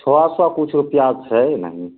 छओ सए किछु रुपैआ छै ने